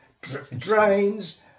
drains